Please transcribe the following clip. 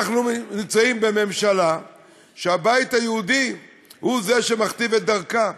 אנחנו נמצאים בממשלה שבה הבית היהודי הוא שמכתיב את דרכה.